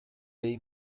jej